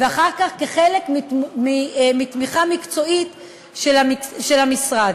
ואחר כך כחלק מתמיכה מקצועית של המשרד.